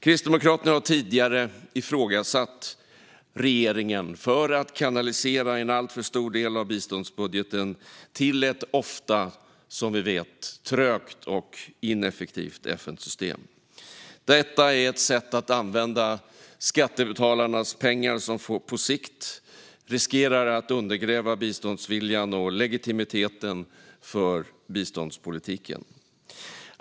Kristdemokraterna har tidigare ifrågasatt regeringen för att kanalisera en alltför stor del av biståndsbudgeten till ett ofta, som vi vet, trögt och ineffektivt FN-system. Detta är ett sätt att använda skattebetalarnas pengar som på sikt riskerar att undergräva biståndsviljan och legitimiteten för biståndspolitiken.